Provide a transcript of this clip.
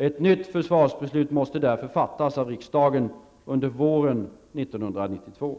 Ett nytt försvarsbeslut måste därför fattas av riksdagen under våren 1992.